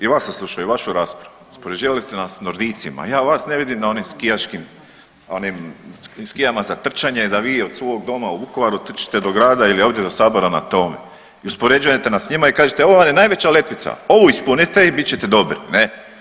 I vas sam slušao i vašu raspravu, uspoređivali ste nas s Nordijcima, ja vas ne vidim na onim skijaškim, onim skijama za trčanje da vi od svog doma u Vukovaru trčite do grada ili ovdje do sabora na tome i uspoređujete nas s njima i kažete ovo vam je najveća letvica, ovu ispunite i bit ćete dobri, ne.